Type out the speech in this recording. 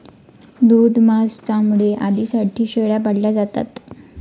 दूध, मांस, चामडे आदींसाठी शेळ्या पाळल्या जातात